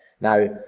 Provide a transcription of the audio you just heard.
Now